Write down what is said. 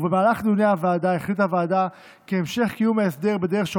ובמהלך דיוני הוועדה החליטה הוועדה כי המשך קיום ההסדר בדרך של